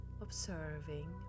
observing